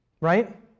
Right